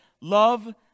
Love